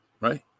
right